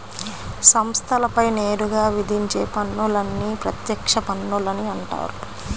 సంస్థలపై నేరుగా విధించే పన్నులని ప్రత్యక్ష పన్నులని అంటారు